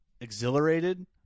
Exhilarated